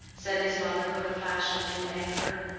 said his mother, with a flash of new anger.